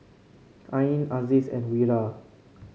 Ain Aziz and Wira